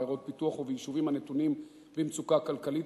בעיירות פיתוח וביישובים הנתונים במצוקה כלכלית,